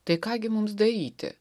tai ką gi mums daryti